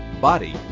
body